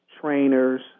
trainers